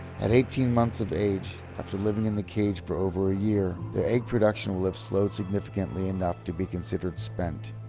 at eighteen months of age, after living in the cage for over a year, their egg production will have slowed significantly enough to be considered spent.